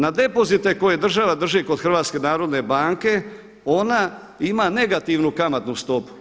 Na depozite koje država drži kod HNB-a ona ima negativnu kamatnu stopu.